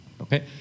okay